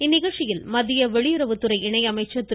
இந்நிகழ்ச்சியில் மத்திய வெளியுறவுத்துறை இணை அமைச்சர் திரு